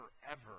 forever